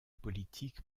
politique